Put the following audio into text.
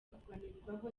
kuganirwaho